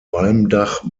walmdach